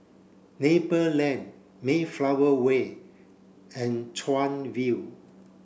Maple Lane Mayflower Way and Chuan View